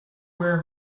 aware